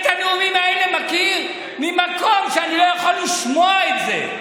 את הנאומים האלה אני מכיר ממקום שאני לא יכול לשמוע את זה.